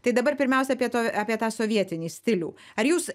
tai dabar pirmiausia apie to apie tą sovietinį stilių ar jūs